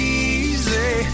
easy